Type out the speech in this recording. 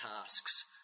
tasks